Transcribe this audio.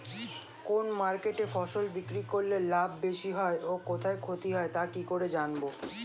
কোন মার্কেটে ফসল বিক্রি করলে লাভ বেশি হয় ও কোথায় ক্ষতি হয় তা কি করে জানবো?